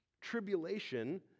tribulation